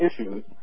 issues